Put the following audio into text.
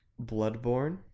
Bloodborne